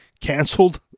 canceled